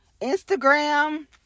Instagram